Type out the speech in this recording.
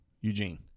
eugene